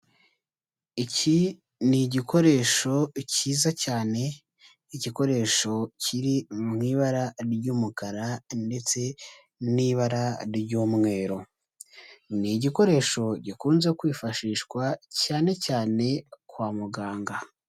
Iki ni igikoresho cyiza cyane, igikoresho kiri mu ibara ry'umukara ndetse n'ibara ry'umweru, ni igikoresho gikunze kwifashishwa cyane cyane kwa muganga.